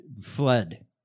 ...fled